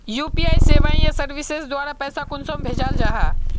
UPI सेवाएँ या services द्वारा पैसा कुंसम भेजाल जाहा?